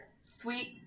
sweet